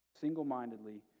single-mindedly